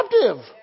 captive